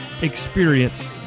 experience